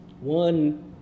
one